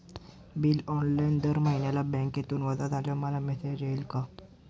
Bill online दर महिन्याला बँकेतून वजा झाल्यावर मला मेसेज येईल का?